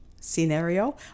scenario